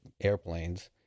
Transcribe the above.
airplanes